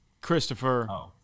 Christopher